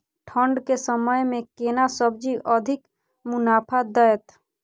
ठंढ के समय मे केना सब्जी अधिक मुनाफा दैत?